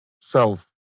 self